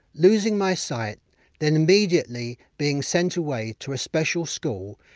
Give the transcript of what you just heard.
losing my sight then immediately being sent away to a special school,